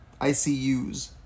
ICUs